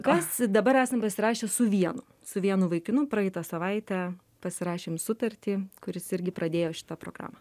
kas dabar esam pasirašę su vienu su vienu vaikinu praeitą savaitę pasirašėm sutartį kuris irgi pradėjo šitą programą